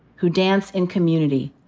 who dance in community,